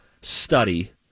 study